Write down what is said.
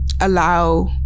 allow